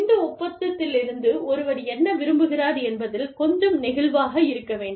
இந்த ஒப்பந்தத்திலிருந்து ஒருவர் என்ன விரும்புகிறார் என்பதில் கொஞ்சம் நெகிழ்வாக இருக்க வேண்டும்